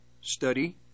study